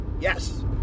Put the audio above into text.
Yes